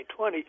2020